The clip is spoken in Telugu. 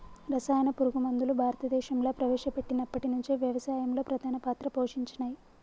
రసాయన పురుగు మందులు భారతదేశంలా ప్రవేశపెట్టినప్పటి నుంచి వ్యవసాయంలో ప్రధాన పాత్ర పోషించినయ్